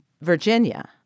Virginia